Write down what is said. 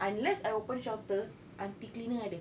unless I open shutter aunty cleaner ada